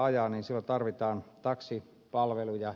silloin tarvitaan taksipalveluja